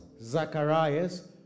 Zacharias